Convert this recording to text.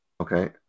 Okay